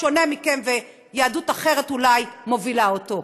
שונה מכם, ויהדות אחרת אולי מובילה אותו.